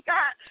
God